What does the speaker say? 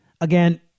again